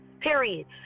period